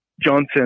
Johnson